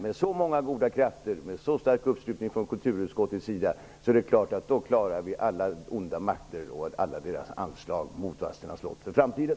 Med så många goda krafter och med så stark uppslutning från kulturutskottets sida är det klart att vi kommer att klara av alla onda makter och deras angrepp på Vadstena slott i framtiden.